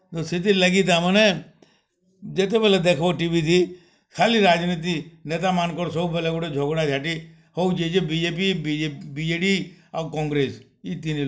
ତ ସେଥିଲାଗି ତାମାନେ ଯେତେବେଲେ ଦେଖ୍ବ ଟିଭିଥି ଖାଲି ରାଜ୍ନୀତି ନେତାମାନ୍କର୍ ସବୁବେଲେ ଗୁଟେ ଝଗ୍ଡ଼ା ଝାଟି ହଉଛେ ଯେ B J P B J D ଆଉ କଂଗ୍ରେସ୍ ଇ ତିନି